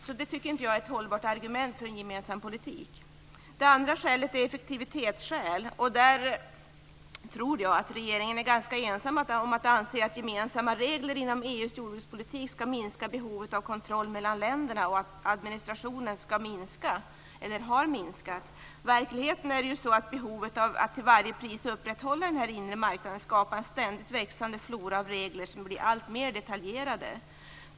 Detta tycker jag inte är ett hållbart argument för en gemensam politik. Det andra motivet är effektivitetsskäl. Jag tror att regeringen är ganska ensam om att anse att gemensamma regler inom EU:s jordbrukspolitik skall minska behovet av kontroll mellan länderna och att administrationen skall minska eller har minskat. I verkligheten är det så att behovet av att till varje pris upprätthålla denna inre marknad skapar en ständigt växande flora av regler som blir alltmer detaljerade.